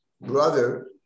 brother